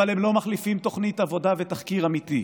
אבל הם לא מחליפים תוכנית עבודה ותחקיר אמיתי,